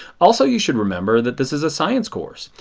also you should remember that this is a science course.